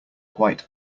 quite